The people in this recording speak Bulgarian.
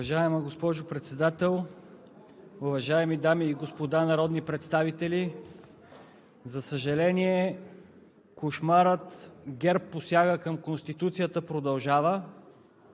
Уважаема госпожо Председател, уважаеми дами и господа народни представители! За съжаление, кошмарът „ГЕРБ посяга към Конституцията“ продължава.